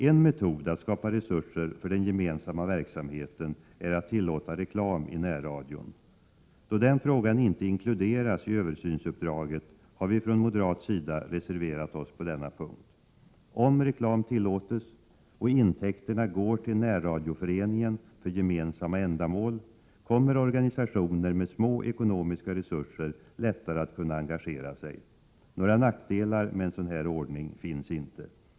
En metod att skapa resurser för den gemensamma verksamheten är att tillåta reklam i närradion. Då den frågan inte inkluderas i översynsuppdraget har vi från moderat sida reserverat oss på denna punkt. Om reklam tillåts och intäkterna går till närradioföreningen för gemensamma ändamål, kommer organisationer med små ekonomiska resurser lättare att kunna engagera sig. Några nackdelar med en sådan ordning finns inte.